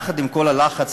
עם כל הלחץ,